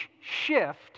shift